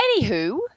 Anywho